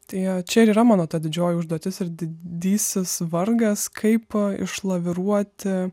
tai jie čia yra mano ta didžioji užduotis ir didysis vargas kaip išlaviruoti